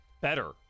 better